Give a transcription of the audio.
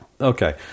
Okay